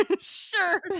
Sure